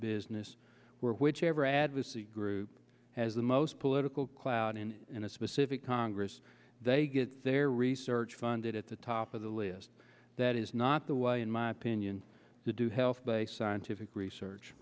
business where whichever advocacy group has the most political clout in in a specific congress they get their research funded at the top of the list that is not the way in my opinion to do health but a scientific research